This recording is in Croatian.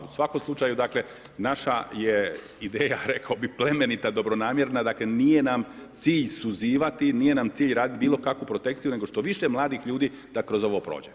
U svakom slučaju dakle, naša je ideja rekao bih plemenita, dobronamjerna, dakle nije nam cilj suzivati, nije nam cilj raditi bilo kakvu protekciju nego što više mladih ljudi da kroz ovo prođe.